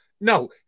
No